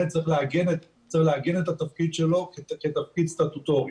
לכן צריך לעגן את התפקיד שלו כתפקיד סטטוטורי.